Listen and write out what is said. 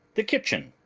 the kitchen.